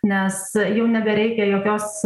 nes jau nebereikia jokios